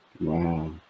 Wow